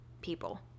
people